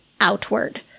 outward